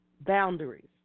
Boundaries